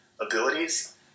abilities